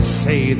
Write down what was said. say